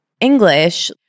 English